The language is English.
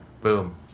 boom